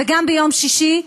וגם ביום שישי,